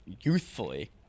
youthfully